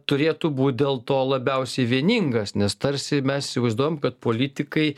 turėtų būt dėl to labiausiai vieningas nes tarsi mes įsivaizduojam kad politikai